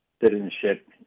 citizenship